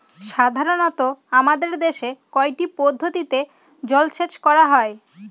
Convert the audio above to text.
সাধারনত আমাদের দেশে কয়টি পদ্ধতিতে জলসেচ করা হয়?